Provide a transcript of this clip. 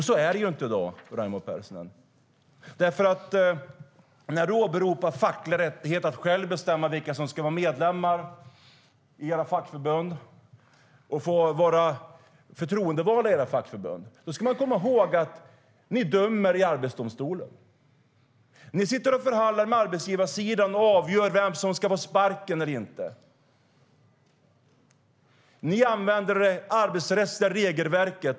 Så är det ju inte i dag. När du åberopar fackliga rättigheter och rätten att själv bestämma vilka som ska få bli medlemmar eller vara förtroendevald i era fackförbund, då ska man komma ihåg att ni är med och dömer i Arbetsdomstolen. Ni förhandlar med arbetsgivarsidan och avgör vem som ska få sparken eller inte. Ni använder er av det arbetsrättsliga regelverket.